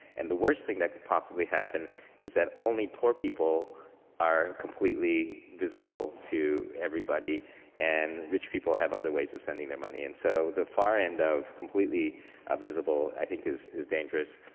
and the worst thing that could possibly happen is that only poor people are completely visible to everybody and rich people have other ways of sending their money. and so, the and of completely ah visible i think is is dangerous.